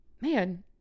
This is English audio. man